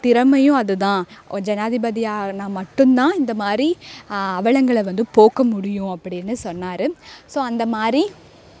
திறமையும் அதுதான் ஒ ஜனாதிபதியாக ஆகினா மட்டும் தான் இந்த மாதிரி அவலங்களை வந்து போக்க முடியும் அப்படின்னு சொன்னார் ஸோ அந்த மாதிரி